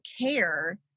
care